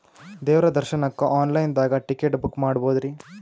ದೇವ್ರ ದರ್ಶನಕ್ಕ online ದಾಗ ಟಿಕೆಟ ಬುಕ್ಕ ಮಾಡ್ಬೊದ್ರಿ?